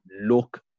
look